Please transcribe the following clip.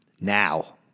now